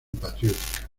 patriótica